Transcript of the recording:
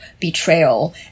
betrayal